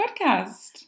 podcast